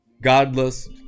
godless